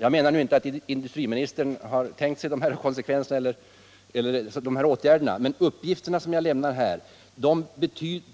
Jag menar nu inte att industriministern har tänkt sig att genomföra åtgärder med sådana konsekvenser, men de uppgifter som jag lämnat